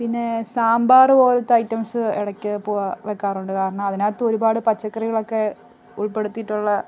പിന്നെ സാമ്പാർ പോലത്തെ ഐറ്റംസ് ഇടയ്ക്ക് പോ വയ്ക്കാറുണ്ട് കാരണം അതിനകത്ത് ഒരുപാട് പച്ചക്കറികളൊക്കെ ഉൾപ്പെടുത്തിയിട്ടുള്ള